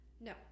No